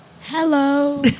Hello